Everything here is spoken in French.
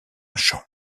champ